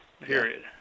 Period